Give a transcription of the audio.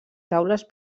taules